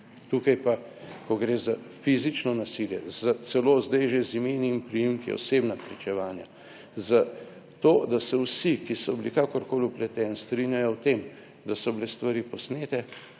tukaj pa, ko gre za fizično nasilje, za celo, zdaj že z imeni in priimki, osebna pričevanja, zato, da se vsi, ki so bili kakorkoli vpleteni, strinjajo o tem, da so bile stvari posnete,